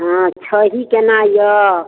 हाँ छही केना यऽ